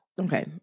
Okay